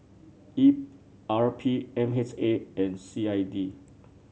E R P M H A and C I D